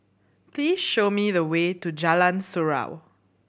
please show me the way to Jalan Surau